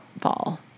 fall